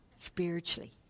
spiritually